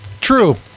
True